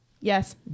Yes